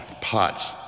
pots